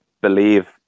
believe